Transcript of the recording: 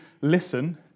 listen